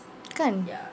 kan